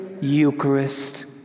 Eucharist